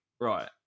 Right